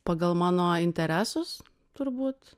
pagal mano interesus turbūt